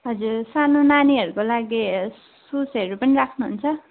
हजुर सानो नानीहरूको लागि सुजहरू पनि राख्नुहुन्छ